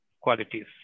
qualities